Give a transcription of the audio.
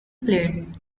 played